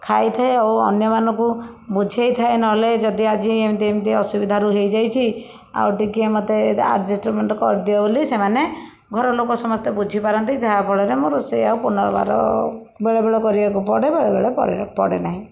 ଖାଇଥାଏ ଆଉ ଅନ୍ୟମାନଙ୍କୁ ବୁଝାଇଥାଏ ନହେଲେ ଯଦି ଆଜି ଏମିତି ଏମିତି ଅସୁବିଧାରୁ ହୋଇଯାଇଛି ଆଉ ଟିକେ ମୋତେ ଆଡ଼ଜଷ୍ଟମେଣ୍ଟ କରିଦିଅ ବୋଲି ସେମାନେ ଘରଲୋକ ସମସ୍ତେ ବୁଝିପାରନ୍ତି ଯାହାଫଳରେ ମୁଁ ରୋଷେଇ ଆଉ ପୁନଃର୍ବାର ବେଳେ ବେଳେ କରିବାକୁ ପଡ଼େ ବେଳେ ବେଳେ କରିବାକୁ ପଡ଼େ ନାହିଁ